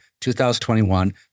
2021